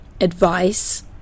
advice